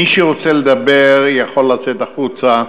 מי שרוצה לדבר יכול לצאת החוצה.